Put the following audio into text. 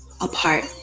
apart